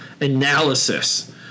analysis